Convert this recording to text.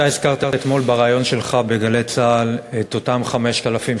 אתה הזכרת אתמול בריאיון שלך ב"גלי צה"ל" סליחה,